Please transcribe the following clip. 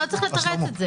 לא צריך לתרץ את זה.